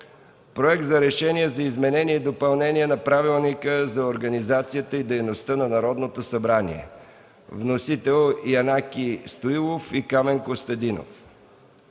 Проект за решение за изменение и допълнение на Правилника за организацията и дейността на Народното събрание. Вносители са народните представители